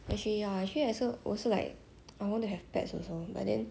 my 妈妈不让 lor right 因为她不喜欢动物吗 so like